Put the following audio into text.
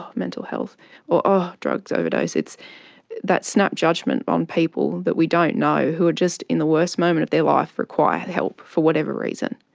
um mental health or oh, drugs overdose. it's that snap judgment on people that we don't know who are just in the worst moment of their life require help for whatever reason.